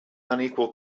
unequal